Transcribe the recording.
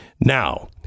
Now